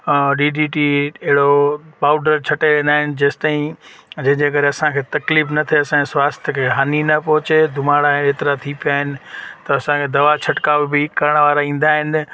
D D T एट अहिड़ो powder छटे वेंदा आहिनि जेसिताईं हे जे करे असांखे तकलीफ़ न थिए असांजे स्वास्थ्य खे हानी न पहुचे दुमाड़ा एतिरा थी पिया आहिनि त असांखे दवा छटकाउ बि करण वारा ईंदा आहिनि